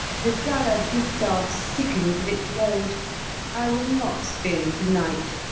the duller distaff sickens of its load i will not spin to-night.